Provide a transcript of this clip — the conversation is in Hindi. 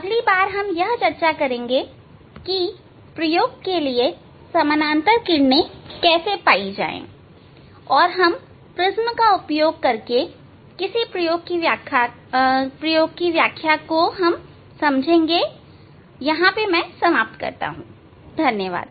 अगली बार हम यह चर्चा करेंगे कि प्रयोग के लिए समानांतर किरणें कैसे पाई जाए और हम प्रिज्म का उपयोग करके किसी प्रयोग की व्याख्या करेंगे मैं समाप्त करता हूं धन्यवाद